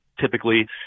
typically